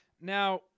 Now